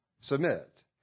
submit